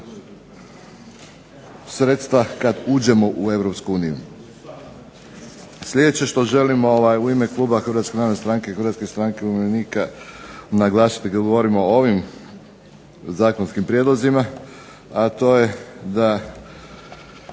sredstva kad uđemo u EU. Sljedeće što želim u ime Kluba Hrvatske narodne stranke i Hrvatske stranke umirovljenika naglasiti kada govorimo o ovim zakonskim prijedlozima a to je da